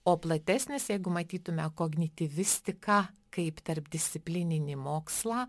o platesnis jeigu matytume kognityvistiką kaip tarpdisciplininį mokslą